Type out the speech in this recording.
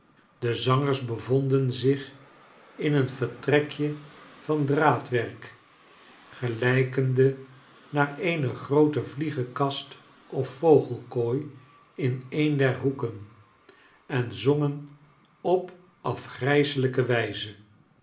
de zangers bevonden zich in een vertrekje van draadwerk gelijkende naar eene groote vliegenkast of vogelkooi in een der hoeken en zongen op afgrijselijke wijze